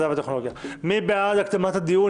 מי בעד הקדמת הדיון?